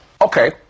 Okay